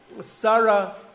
Sarah